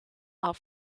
are